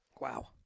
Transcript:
Wow